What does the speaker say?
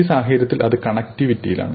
ഈ സാഹചര്യത്തിൽ അത് കണക്റ്റിവിറ്റിയിലാണ്